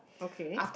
okay